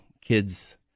kids